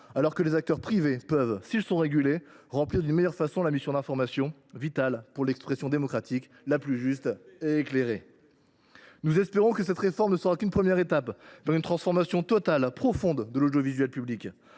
alors que les acteurs privés peuvent, s’ils sont régulés, remplir d’une meilleure façon la mission d’information, vitale pour l’expression démocratique la plus juste et éclairée. Cela reste à prouver ! Nous espérons que cette réforme ne sera qu’une première étape vers une transformation totale, profonde, de l’audiovisuel public.